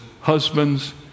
husbands